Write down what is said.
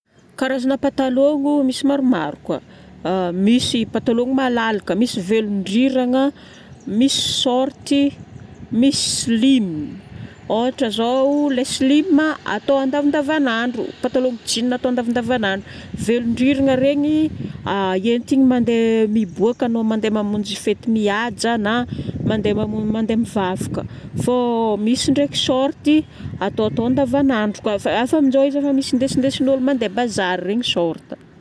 Karazagna patalomo, misy maromaro ka. Misy patalomo malalaka, misy velondrirana, misy shorty, misy slim. Ôhatra zao lay slim atao andavandavanandro. Patalomo jean atao andavandavanandro. Velondrirana regny entigna mandeha miboaka anao mandeha mamonjy fety mihaja na mandeha mamo- mandeha mivavaka. Fô misy ndraiky shorty ataotao andavanandro. Koa fa- a fa amin'izao izy efa misy ndesindesn'olo mandeha bazary regny, short.